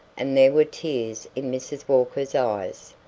and there were tears in mrs. walker's eyes.